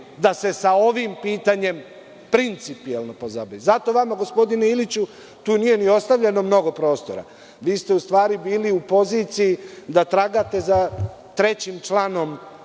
da se sa ovim pitanjem principijelno pozabavi. Zato vama gospodine Iliću, tu nije ni ostavljeno mnogo prostora. Vi ste u stvari bili u poziciji da tragate za trećim članom